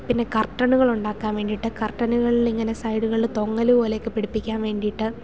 പിന്നെ കർട്ടനുകൾ ഉണ്ടാക്കാൻ വേണ്ടിയിട്ട് കർട്ടനുകൾ ഇങ്ങനെ സൈഡുകളിൽ തൊങ്ങൽ പോലെയൊക്കെ പിടിപ്പിക്കാൻ വേണ്ടീട്ട്